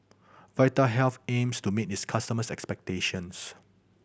vitahealth aims to meet its customers' expectations